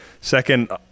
second